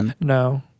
No